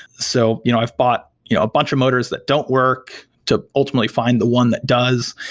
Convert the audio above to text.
so you know i've bought you know a bunch of motors that don't work to ultimately find the one that does.